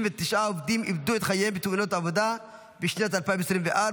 לסדר-היום בנושא: 69 עובדים איבדו את חייהם בתאונות עבודה בשנת 2024,